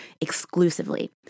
exclusively